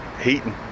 Heating